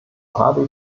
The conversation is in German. habe